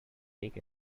take